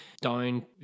Down